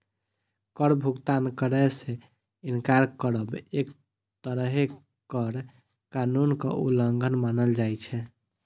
कर भुगतान करै सं इनकार करब एक तरहें कर कानूनक उल्लंघन मानल जाइ छै